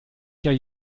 cas